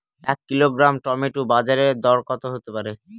এক kilogram tomato বাজের দরকত হতে পারে?